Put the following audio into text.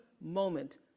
moment